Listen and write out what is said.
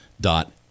dot